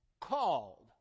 called